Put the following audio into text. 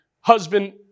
husband